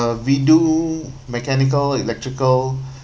we do mechanical electrical